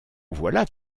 voilà